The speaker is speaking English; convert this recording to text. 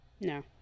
No